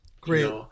Great